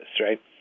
right